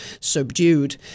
subdued